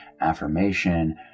affirmation